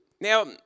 now